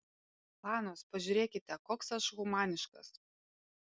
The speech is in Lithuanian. panos pažiūrėkite koks aš humaniškas